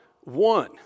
one